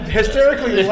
hysterically